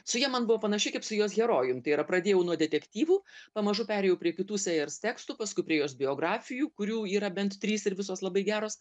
su ja man buvo panašiai kaip su jos herojum tai yra pradėjau nuo detektyvų pamažu perėjau prie kitų sejers tekstų paskui prie jos biografijų kurių yra bent trys ir visos labai geros